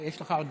יש לך עוד דקה.